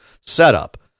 setup